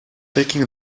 taking